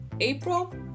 April